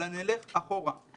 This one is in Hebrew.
אלא נלך אחורה.